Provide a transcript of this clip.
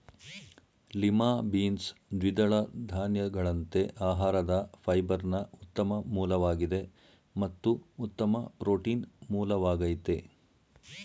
lima beans ದ್ವಿದಳ ಧಾನ್ಯಗಳಂತೆ ಆಹಾರದ ಫೈಬರ್ನ ಉತ್ತಮ ಮೂಲವಾಗಿದೆ ಮತ್ತು ಉತ್ತಮ ಪ್ರೋಟೀನ್ ಮೂಲವಾಗಯ್ತೆ